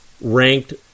ranked